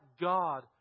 God